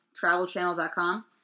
travelchannel.com